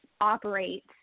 operate